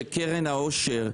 שקרן העושר,